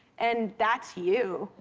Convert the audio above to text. and that's you.